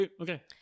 okay